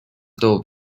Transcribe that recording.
toob